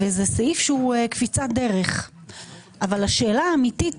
זה סעיף שהוא קפיצת דרך אבל השאלה האמיתית